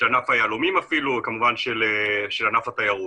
של ענף היהלומים אפילו, כמובן של ענף התיירות.